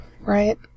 right